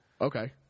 Okay